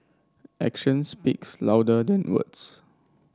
action speaks louder than words